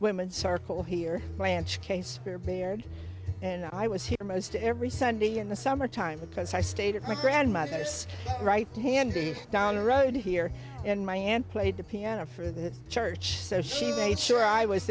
women's circle here blanche case your beard and i was here most every sunday in the summertime because i stayed at my grandmother's right handy down the road here and my aunt played the piano for the church so she made sure i was